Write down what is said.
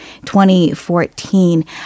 2014